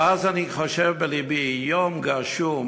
ואז אני חושב בלבי: יום גשום,